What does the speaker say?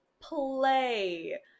play